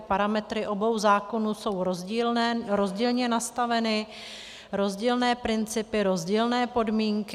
Parametry obou zákonů jsou rozdílné, rozdílně nastaveny, rozdílné principy, rozdílné podmínky.